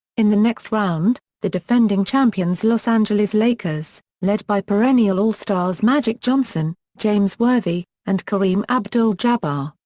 in the next round, the defending champions los angeles lakers, led by perennial all-stars magic johnson, james worthy, and kareem abdul-jabbar,